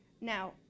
Now